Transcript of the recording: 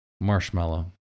marshmallow